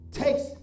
takes